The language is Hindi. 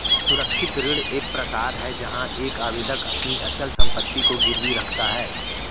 सुरक्षित ऋण एक प्रकार है जहां एक आवेदक अपनी अचल संपत्ति को गिरवी रखता है